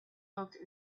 looked